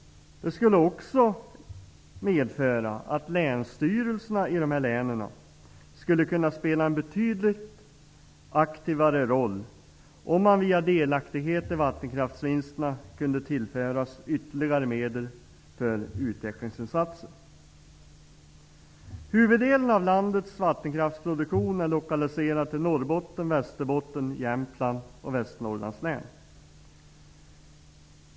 Länsstyrelserna i dessa län skulle kunna spela en betydligt aktivare roll om man via delaktighet i vattenkraftsvinsterna kunde tillföras ytterligare medel för utvecklingsinsatser. Huvuddelen av landets vattenkraftsproduktion är lokaliserad till Norrbottens, Västerbottens, Jämtlands och Västernorrlands län.